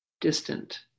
distant